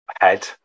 head